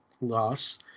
Loss